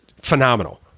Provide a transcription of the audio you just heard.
phenomenal